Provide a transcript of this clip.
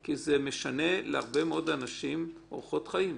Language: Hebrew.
כי זה משנה להרבה מאוד אנשים אורחות חיים.